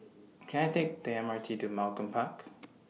Can I Take The M R T to Malcolm Park